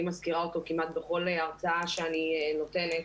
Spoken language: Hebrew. אני מזכירה אותו כמעט בכל הרצאה שאני נותנת.